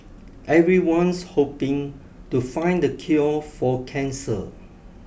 everyone's hoping to find the cure for cancer